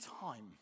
time